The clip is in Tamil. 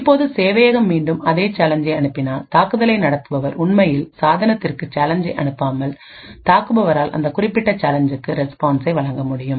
இப்போது சேவையகம் மீண்டும் அதே சேலஞ்சை அனுப்பினால் தாக்குதலை நடத்துபவர் உண்மையில் சாதனத்திற்கு சேலஞ்சை அனுப்பாமல் தாக்குபவரால் அந்த குறிப்பிட்ட சேலஞ்சுக்கு ரெஸ்பான்சை வழங்க முடியும்